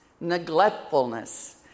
neglectfulness